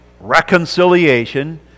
Reconciliation